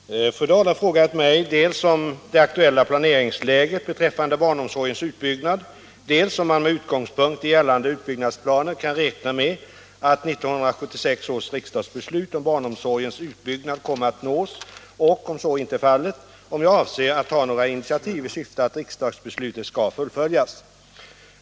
Herr talman! Fru Dahl har frågat mig dels om det aktuella planeringsläget beträffande barnomsorgens utbyggnad, dels om man med utgångspunkt i gällande utbyggnadsplaner kan räkna med att 1976 års riksdagsbeslut om barnomsorgens utbyggnad kommer att nås och, om så inte är fallet, om jag avser att ta några initiativ i syfte att riksdagsbeslutet skall fullföljas.